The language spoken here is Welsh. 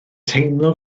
teimlo